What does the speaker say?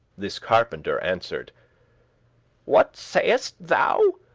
this carpenter answer'd what sayest thou?